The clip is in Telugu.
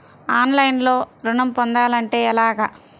ఆన్లైన్లో ఋణం పొందాలంటే ఎలాగా?